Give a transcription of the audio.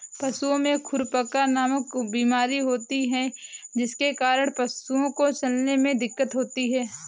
पशुओं में खुरपका नामक बीमारी होती है जिसके कारण पशुओं को चलने में दिक्कत होती है